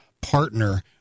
partner